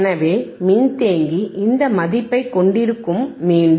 எனவே மின்தேக்கி இந்த மதிப்பைக் கொண்டிருக்கும் மீண்டும்